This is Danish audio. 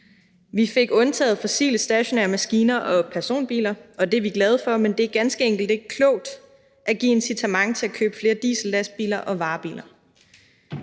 Vi fik undtaget fossile stationære maskiner og personbiler, og det er vi glade for, men det er ganske enkelt ikke klogt et give incitament til at købe flere diesellastbiler og -varebiler.